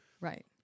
right